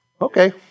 Okay